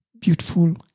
beautiful